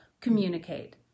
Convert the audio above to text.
communicate